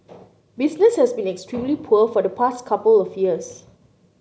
business has been extremely poor for the past couple of years